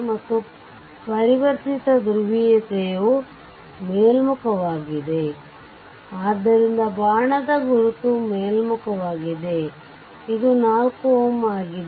ಮತ್ತು ಪರಿವರ್ತಿತ ಧ್ರುವೀಯತೆಯು ಮೇಲ್ಮುಖವಾಗಿದೆ ಆದ್ದರಿಂದ ಬಾಣ ಗುರುತು ಮೇಲ್ಮುಖವಾಗಿದೆ ಆದ್ದರಿಂದ ಇದು 4 Ω ಆಗಿದೆ